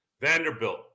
Vanderbilt